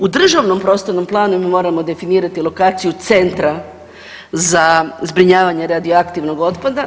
U državnom prostornom planu mi moramo definirati lokaciju centra za zbrinjavanje radioaktivnog otpada.